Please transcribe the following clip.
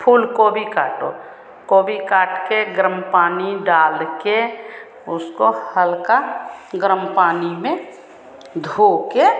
फूल गोभी काटो गोभी काटकर गरम पानी डालकर उसको हल्का गरम पानी में धोकर